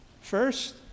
First